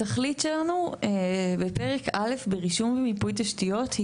התכלית שלנו בפרק א' ברישום ומיפוי תשתיות היא